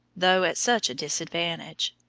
though at such a disadvantage.